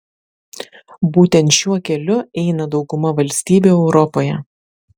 būtent šiuo keliu eina dauguma valstybių europoje